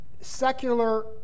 secular